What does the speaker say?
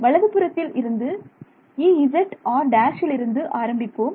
வலது புறத்தில் இருந்து Ezr′ ல் இருந்து ஆரம்பிப்போம்